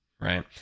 right